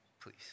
Please